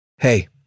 Hey